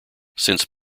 since